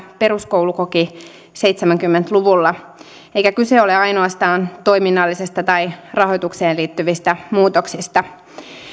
peruskoulu koki seitsemänkymmentä luvulla eikä kyse ole ainoastaan toiminnallisista tai rahoitukseen liittyvistä muutoksista